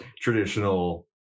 traditional